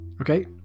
okay